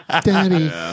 Daddy